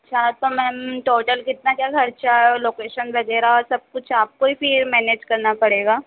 अच्छा तो ma'am total कितना चल अच्छा लोकेशन वगैरह सबकुछ आपको ही फ़िर मैनेज करना पड़ेगा